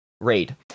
raid